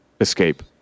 escape